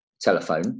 telephone